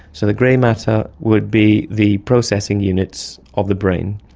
so the grey matter would be the processing units of the brain,